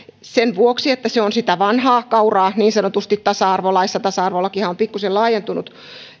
sen vuoksi että se on sitä vanhaa kauraa niin sanotusti tasa arvolaissa tasa arvolakihan on pikkuisen laajentunut